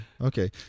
Okay